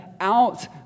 out